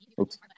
oops